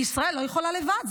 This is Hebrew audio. כי ישראל לא יכולה לבד,